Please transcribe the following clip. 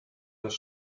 als